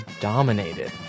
dominated